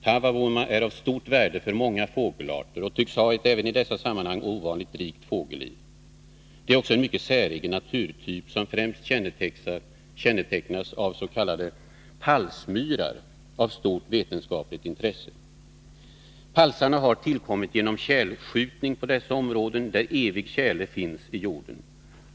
Taavavuoma är av stort värde för många fågelarter och tycks ha ett även i dessa sammanhang ovanligt rikt fågelliv. Det är också en mycket säregen naturtyp, som främst kännetecknas av s.k. palsmyrar av stort vetenskapligt intresse. Palsarna har tillkommit genom tjälskjutning på dessa områden, där evig tjäle finns i jorden.